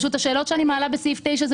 פשוט שהשאלות שאני מעלה בסעיף 9 זה